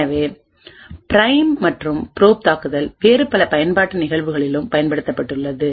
எனவே பிரைம் மற்றும் ப்ரோப் தாக்குதல் வேறு பல பயன்பாட்டு நிகழ்வுகளிலும் பயன்படுத்தப்பட்டுள்ளது